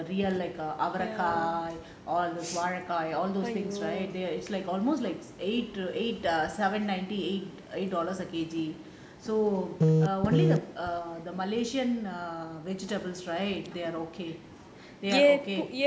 அவரைக்காய் வாழக்காய்:avarakkai vaalakkai all those things right it's like almost like eight eight seven ninety eight dollars a K_G so err only the err the malaysian um vegetables right they are okay they are okay